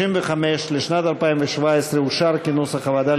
לשנת 2017 אושר כנוסח הוועדה.